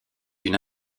une